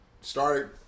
started